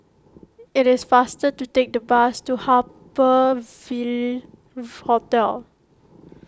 it is faster to take the bus to Harbour Ville Hotel